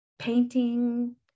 painting